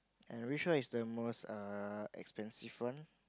and which one is the most err expensive one